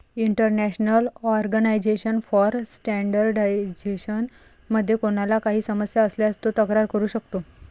international organization for standardization मध्ये कोणाला काही समस्या असल्यास तो तक्रार करू शकतो